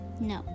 no